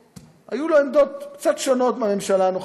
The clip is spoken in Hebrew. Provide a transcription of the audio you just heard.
היו לו עמדות קצת שונות משל הממשלה הנוכחית.